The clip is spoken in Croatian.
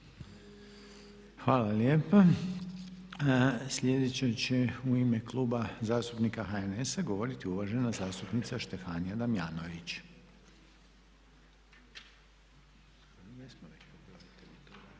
Hvala lijepa. Sljedeća će u ime Kluba zastupnika HNS-a govoriti uvažena zastupnica Štefanija Damjanović.